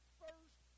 first